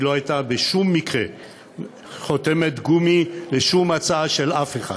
שהיא לא הייתה בשום מקרה חותמת גומי לשום הצעה של אף אחד.